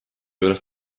juures